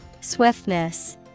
Swiftness